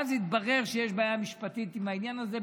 ואז התברר שיש בעיה משפטית עם העניין הזה,